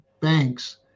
banks